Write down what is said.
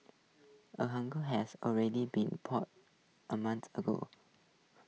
A hunger has already been plotted A month ago